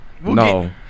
No